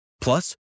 Plus